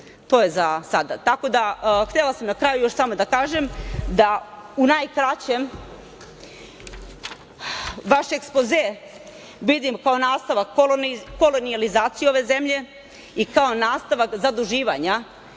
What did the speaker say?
To je za sada. Tako da, htela sam na kraju još samo da kažem da, u najkraćem, vaš ekspoze vidim kao nastavak kolonijalizacije ove zemlje i kao nastavak zaduživanja.